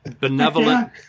benevolent